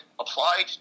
applied